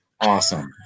Awesome